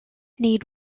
need